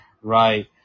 right